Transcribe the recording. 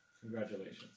congratulations